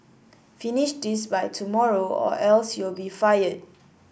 finish this by tomorrow or else you'll be fired